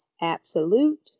absolute